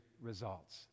results